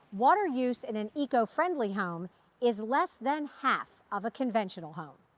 water use in an eco-friendly home is less than half of a conventional home.